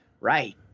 Right